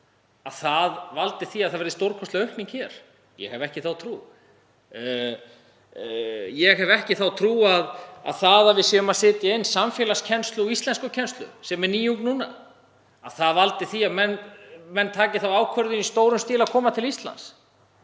að það valdi því að það verði stórkostleg aukning á umsóknum hér. Ég hef ekki þá trú. Ég hef ekki þá trú að það að við séum að setja inn samfélagskennslu og íslenskukennslu, sem er nýjung núna, valdi því að menn taki þá ákvörðun í stórum stíl að koma til Íslands.